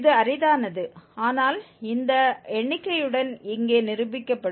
இது அரிதானது ஆனால் இந்த எண்ணிக்கையுடன் இங்கே நிரூபிக்கப்படும்